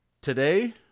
Today